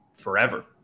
forever